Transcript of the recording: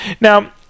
now